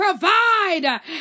provide